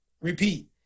repeat